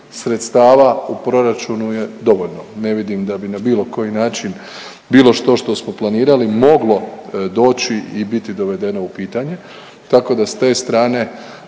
Sredstava u proračunu je dovoljno. Ne vidim da bi na bilo koji način bilo što što smo planirali moglo doći i biti dovedeno u pitanje tako da s te strane